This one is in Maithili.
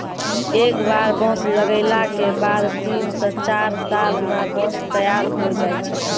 एक बार बांस लगैला के बाद तीन स चार साल मॅ बांंस तैयार होय जाय छै